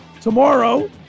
tomorrow